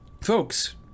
Folks